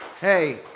Hey